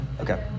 Okay